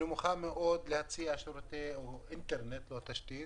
נמוכה מאוד, להציע שירותי אינטרנט או תשתית